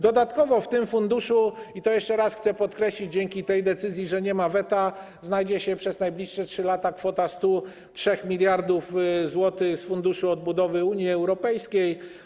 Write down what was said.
Dodatkowo w tym funduszu - i to jeszcze raz chcę podkreślić - dzięki tej decyzji, że nie ma weta, znajdzie się przez najbliższe 3 lata kwota 103 mld zł z Funduszu Odbudowy Unii Europejskiej.